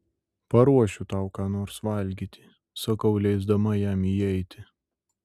paruošiu tau ką nors valgyti sakau leisdama jam įeiti